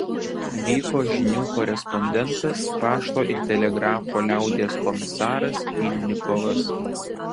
vyko žinių korespondentas pašto ir telegrafo liaudies komisaras pylnikovas